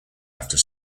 after